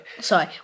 Sorry